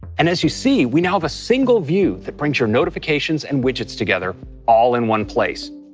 and as you see we now have a single view that brings your notifications and widgets together all in one place.